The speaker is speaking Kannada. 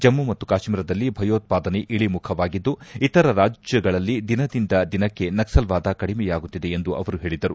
ಜಮ್ಮ ಮತ್ತು ಕಾತ್ಸೀರದಲ್ಲಿ ಭಯೋತ್ಪಾದನೆ ಇಳಿಮುಖವಾಗಿದ್ದು ಇತರ ರಾಜ್ಯಗಳಲ್ಲಿ ದಿನದಿಂದ ದಿನಕ್ಕೆ ನಕ್ಷಲ್ವಾದ ಕಡಿಮೆಯಾಗುತ್ತಿದೆ ಎಂದು ಅವರು ಹೇಳಿದರು